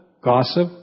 gossip